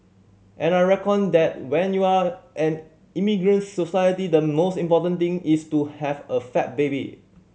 and I reckon that when you are an immigrant society the most important thing is to have a fat baby